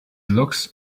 looks